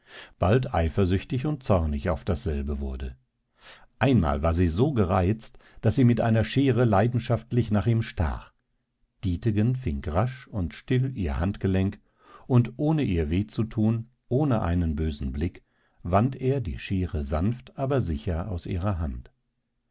bald eifersüchtig und zornig auf dasselbe wurde einmal war sie so gereizt daß sie mit einer schere leidenschaftlich nach ihm stach dietegen fing rasch und still ihr handgelenk und ohne ihr weh zu tun ohne einen bösen blick wand er die schere sanft aber sicher aus ihrer hand